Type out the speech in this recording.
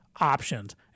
options